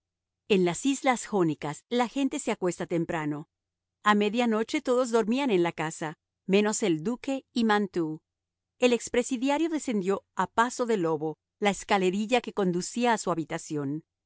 en las islas jónicas la gente se acuesta temprano a media noche todos dormían en la casa menos el duque y mantoux el ex presidiario descendió a paso de lobo la escalerilla que conducía a su habitación